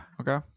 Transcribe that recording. Okay